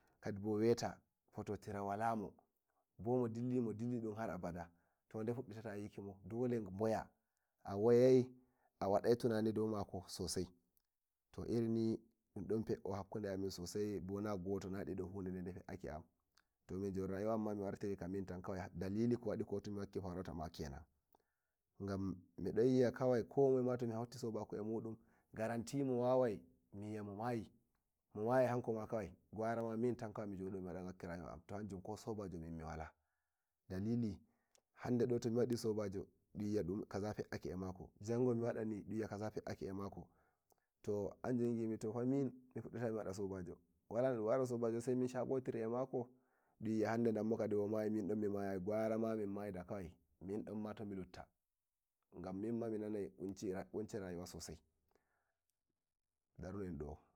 fuv- 06- N010 5kadibo weta fototira wala mo bo mo dilli mo dilli dun har abada to ndeye fuddita gi'amo dole boya a woya a wadai tunani dou mako sosai to irin ni don fe'o eh hakkude amin bo daga na di do hudede de fe'ake e am to min joni rayuwa am mi wartiri ka mintan dalili ko wadi kotumi wakki farauta ma kenan gam ko moye to soba ko emu ndum garanti mi wawai mi yi'a mo mayi mo maya hanko makawai gara mintan kawai mi jod mi wada ga wakki rayuwa am to hanjm ko sobajo miwala da nde do to mi wada sobajo dun wi'a kaza fe'ake emako to hanjum mbimi min fudditata mi wada sobajo wala nodum wada sobajo sai min shako tiri eh mako dun wi'a hande damo momayi minbo mi mayayi bo gara ma min miyi da Kawin min anma tomi lutta gan min mami nanai kunci rayuwa darnu en ndo.